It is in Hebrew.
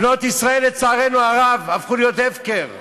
בנות ישראל, לצערנו הרב, הפכו להיות הפקר.